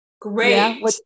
Great